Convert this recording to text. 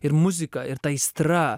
ir muzika ir ta aistra